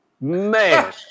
Man